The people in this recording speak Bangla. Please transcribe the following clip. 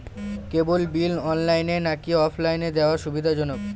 কেবল বিল অনলাইনে নাকি অফলাইনে দেওয়া সুবিধাজনক?